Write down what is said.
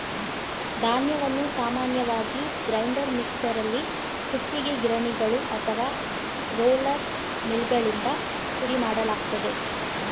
ಧಾನ್ಯವನ್ನು ಸಾಮಾನ್ಯವಾಗಿ ಗ್ರೈಂಡರ್ ಮಿಕ್ಸರಲ್ಲಿ ಸುತ್ತಿಗೆ ಗಿರಣಿಗಳು ಅಥವಾ ರೋಲರ್ ಮಿಲ್ಗಳಿಂದ ಪುಡಿಮಾಡಲಾಗ್ತದೆ